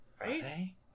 Right